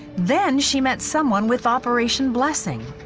then she met someone with operation blessing.